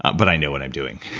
but i know what i'm doing.